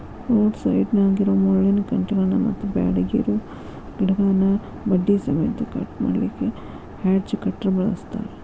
road ಸೈಡ್ನ್ಯಾಗಿರೋ ಮುಳ್ಳಿನ ಕಂಟಿಗಳನ್ನ ಮತ್ತ್ ಬ್ಯಾಡಗಿರೋ ಗಿಡಗಳನ್ನ ಬಡ್ಡಿ ಸಮೇತ ಕಟ್ ಮಾಡ್ಲಿಕ್ಕೆ ಹೆಡ್ಜ್ ಕಟರ್ ಬಳಸ್ತಾರ